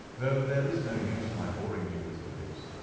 though there is no use my boring you with figures.